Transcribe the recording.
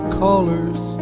callers